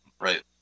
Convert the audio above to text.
right